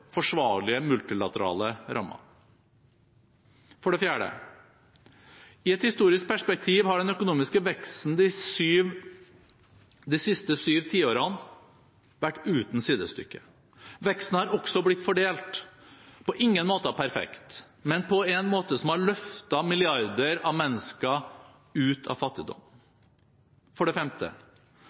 forsvarlige multilaterale rammer. For det fjerde: I et historisk perspektiv har den økonomiske veksten de siste syv tiårene vært uten sidestykke. Veksten har også blitt fordelt – på ingen måter perfekt, men på en måte som har løftet milliarder av mennesker ut av fattigdom. For det femte: